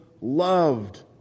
loved